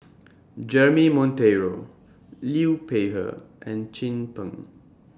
Jeremy Monteiro Liu Peihe and Chin Peng